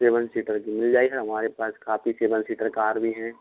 seven seater की मिल जाएगी हमारे पास काफ़ी सेवन सीटर कार भी हैं